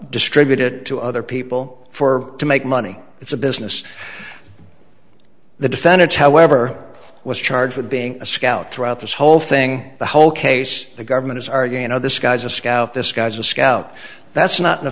district to other people for her to make money it's a business the defendants however was charged with being a scout throughout this whole thing the whole case the government is are again oh this guy's a scout this guy's a scout that's not an